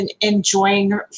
enjoying